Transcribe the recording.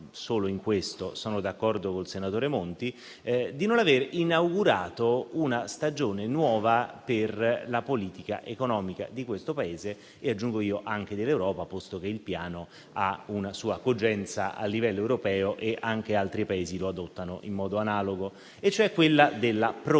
solo in questo, sono d'accordo con il senatore Monti - tranne che di non aver inaugurato una stagione nuova per la politica economica di questo Paese e, aggiungo io, anche dell'Europa, posto che il Piano ha una sua cogenza a livello europeo e anche altri Paesi lo adottano in modo analogo. Mi riferisco cioè alla programmazione.